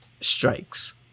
strikes